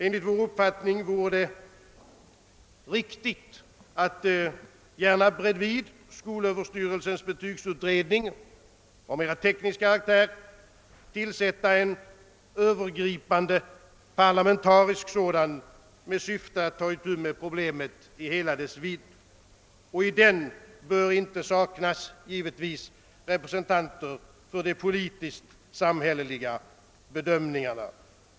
Enligt vår uppfattning vore det riktigt att, gärna vid sidan av skolöverstyrelsens betygsutredning av mera teknisk karaktär, tillsätta en övergripande parlamentarisk sådan med uppgift att ta itu med problemet i hela dess vidd. I den bör givetvis inte saknas representanter för de politiskt samhälleliga bedömningarna.